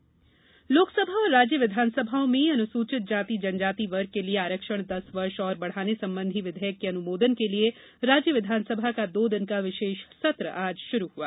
विस आरक्षण लोकसभा और राज्य विधानसभाओं में अनुसूचित जाति जनजाति वर्ग के लिए आरक्षण दस वर्ष और बढ़ाने संबंधी विधेयक के अनुमोदन के लिए राज्य विधानसभा का दो दिन का विशेष सत्र आज शुरू हआ